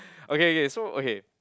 okay okay so okay